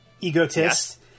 egotist